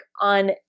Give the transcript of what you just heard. on